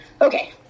okay